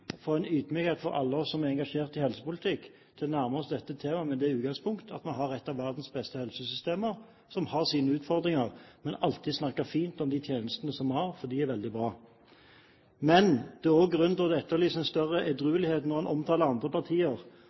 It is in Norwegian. for alle oss som er engasjert i helsepolitikk, og til å nærme oss dette temaet med det utgangspunkt at vi har et av verdens beste helsesystemer – som har sine utfordringer – og alltid snakke fint om de tjenestene som vi har, for de er veldig bra. Men det er også grunn til å etterlyse en større edruelighet når en omtaler andre partier.